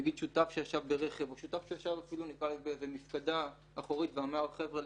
נגיד שותף שישב ברכב או שותף שאפילו ישב במסעדה אחורית ואמר: חבר'ה,